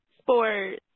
sports